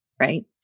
right